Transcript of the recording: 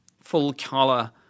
full-color